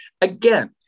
Again